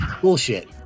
Bullshit